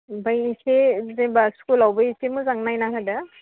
ओमफ्राय इसे जेनेबा स्कुलावबो इसे मोजां नायना होदो